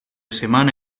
semana